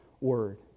word